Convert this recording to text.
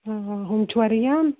آ ہُم چھِوا رِیان